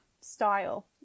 style